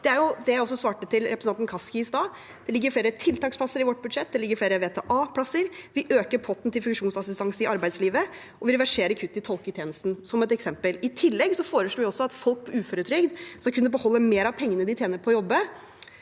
av, er det jeg også svarte til representanten Kaski i stad: Det ligger flere tiltaksplasser i vårt budsjett, det ligger flere VTA-plasser, vi øker potten til funksjonsassistanse i arbeidslivet, og vi reverserer kutt i tolketjenesten – som et eksempel. I tillegg foreslår vi også at folk på uføretrygd skal kunne be holde mer av pengene de tjener på å jobbe